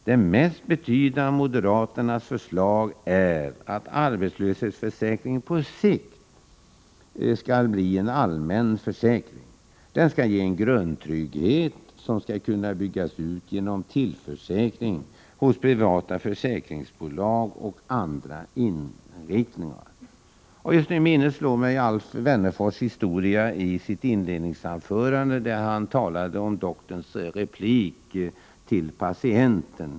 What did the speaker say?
Det mest betydande av moderaternas förslag är att arbetslöshetsförsäkringen på sikt skall bli en allmän försäkring. Denna skall ge en grundtrygghet som skall kunna byggas ut genom tilläggsförsäkringar hos privata försäkringsbolag eller andra inrättningar. Jag vill här erinra om den historia Alf Wennerfors berättade i sitt inledningsanförande — om doktorns replik till patienten.